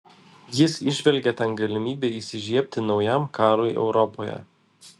jis įžvelgė ten galimybę įsižiebti naujam karui europoje